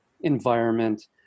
environment